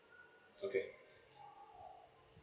okay